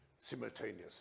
simultaneously